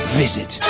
visit